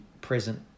present